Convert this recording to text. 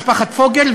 משפחת פוגל,